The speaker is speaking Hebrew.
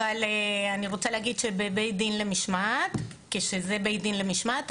אבל אני רוצה להגיד שכשזה בית דין למשמעת,